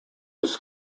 its